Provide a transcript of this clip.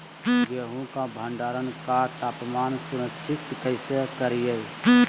गेहूं का भंडारण का तापमान सुनिश्चित कैसे करिये?